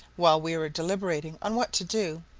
while we were deliberating on what to do,